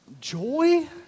joy